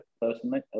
personally